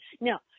Now